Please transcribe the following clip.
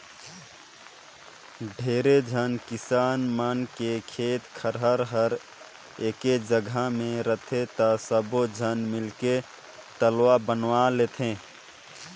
ढेरे झन किसान मन के खेत खायर हर एके जघा मे रहथे त सब्बो झन मिलके तलवा बनवा लेथें